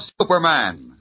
Superman